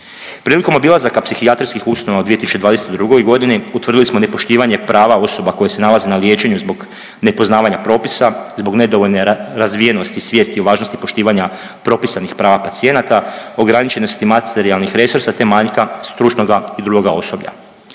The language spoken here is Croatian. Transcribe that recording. Prilikom obilazaka psihijatrijskih ustanova u 2022. godini utvrdili smo nepoštivanje prava osoba koje se nalaze na liječenju zbog nepoznavanja propisa, zbog nedovoljne razvijenosti svijesti o važnosti poštivanja propisanih prava pacijenata, ograničenosti materijalnih resursa te manjka stručnoga i drugoga osoblja.